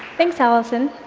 thanks, allison.